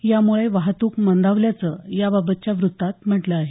यामुळे वाहतुक मंदावल्याचं याबाबतच्या वृत्तात म्हटलं आहे